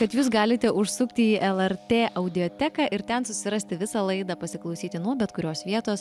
kad jūs galite užsukti į lrt audioteką ir ten susirasti visą laidą pasiklausyti nuo bet kurios vietos